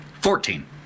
Fourteen